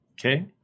Okay